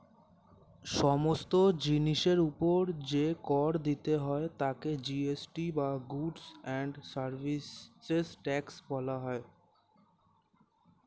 সমস্ত জিনিসের উপর যে কর দিতে হয় তাকে জি.এস.টি বা গুডস্ অ্যান্ড সার্ভিসেস ট্যাক্স বলা হয়